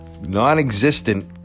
non-existent